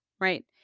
right